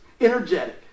Energetic